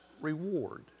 reward